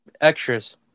extras